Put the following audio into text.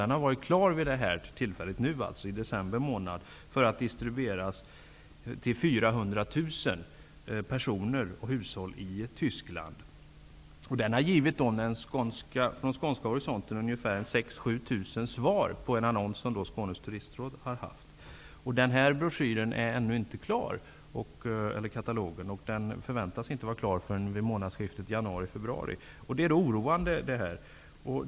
Den har förut varit klar i december månad för att distribueras till 400 000 personer och hushåll i Tyskland. Från skånsk horisont kan nämnas att en annons som Skånes Turistråd har haft införd i denna har givit 6 000--7 000 svar. Denna katalog är ännu inte klar och förväntas inte vara färdig förrän vid månadsskiftet januari/februari. Detta är oroande.